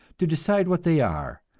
to decide what they are,